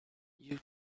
you